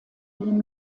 hin